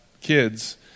kids